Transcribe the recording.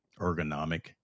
ergonomic